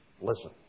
listen